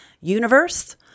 universe